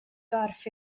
gorff